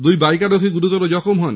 দুই বাইক আরোহী গুরুতর জখম হন